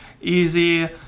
easy